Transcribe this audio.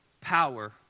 power